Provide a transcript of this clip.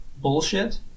bullshit